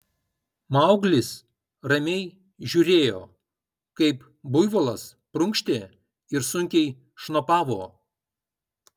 mauglis ramiai žiūrėjo kaip buivolas prunkštė ir sunkiai šnopavo